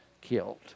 killed